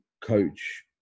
coach